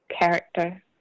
character